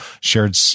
shared